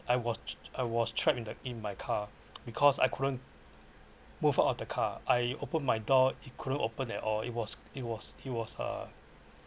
I was I was trapped in the in my car because I couldn't move out of the car I open my door it couldn’t open at all it was it was it was uh